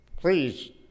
Please